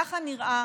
ככה נראה